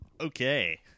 Okay